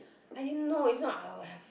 I didn't know if not I would have